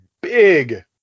big